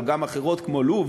אבל גם אחרות כמו לוב,